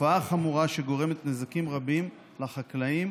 תופעה חמורה שגורמת נזקים רבים לחקלאים